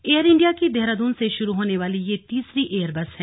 air India की देहरादून से शुरू होने वाली यह तीसरी एयर बस है